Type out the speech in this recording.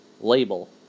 label